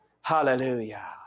Hallelujah